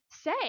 say